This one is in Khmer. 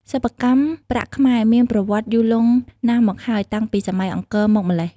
សិប្បកម្មប្រាក់ខ្មែរមានប្រវត្តិយូរលង់ណាស់មកហើយ តាំងពី សម័យអង្គរ មកម្ល៉េះ។